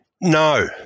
No